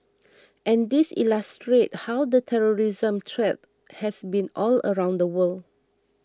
and these illustrate how the terrorism threat has been all around the world